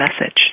message